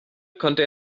konnte